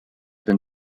than